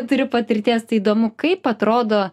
turiu patirties tai įdomu kaip atrodo